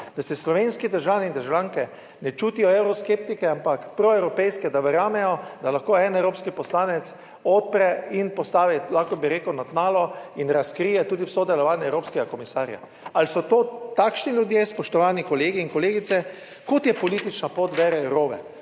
Da se slovenski državljani in državljanke ne čutijo evroskeptike, ampak proevropejske, da verjamejo, da lahko en evropski poslanec odpre in postavi, lahko bi rekel, na tnalo in razkrije tudi vso delovanje evropskega komisarja. Ali so to takšni ljudje, spoštovani kolegi in kolegice, kot je politična pot Vere Jourove